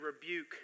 rebuke